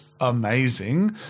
amazing